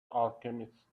alchemist